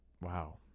Wow